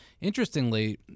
Interestingly